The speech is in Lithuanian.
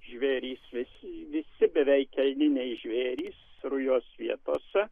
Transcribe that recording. žvėrys visi visi beveik elniniai žvėrys rujos vietose